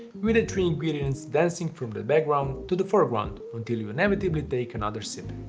with the three ingredients dancing from the background to the foreground until you inevitably take another sip.